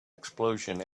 explosion